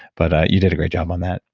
but ah you did a great job on that.